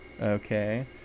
Okay